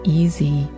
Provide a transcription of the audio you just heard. easy